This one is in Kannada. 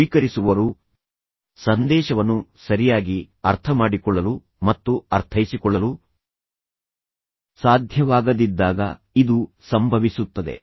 ಸ್ವೀಕರಿಸುವವರು ಸಂದೇಶವನ್ನು ಸರಿಯಾಗಿ ಅರ್ಥಮಾಡಿಕೊಳ್ಳಲು ಮತ್ತು ಅರ್ಥೈಸಿಕೊಳ್ಳಲು ಸಾಧ್ಯವಾಗದಿದ್ದಾಗ ಇದು ಸಂಭವಿಸುತ್ತದೆ